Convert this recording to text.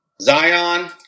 Zion